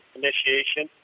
initiation